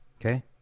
okay